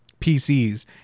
PCs